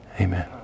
Amen